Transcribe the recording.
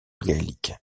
gaélique